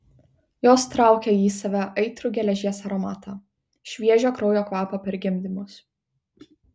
jos traukė į save aitrų geležies aromatą šviežio kraujo kvapą per gimdymus